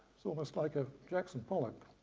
so almost like a jackson pollock.